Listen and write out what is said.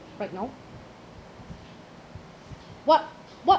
right now what what